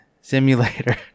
simulator